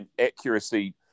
accuracy